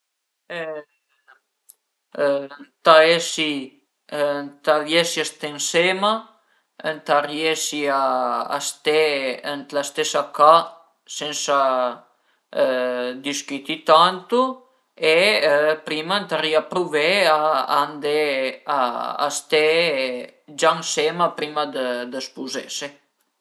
Ëntà esi ëntà riesi a ste ënsema, ëntà riesi a ste ën la stesa ca sensa discüti tantu e prima ëntarìa pruvé a andé a ste gia ënsema prima dë spuzese